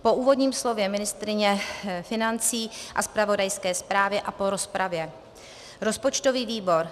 Po úvodním slově ministryně financí a zpravodajské zprávě a po rozpravě rozpočtový výbor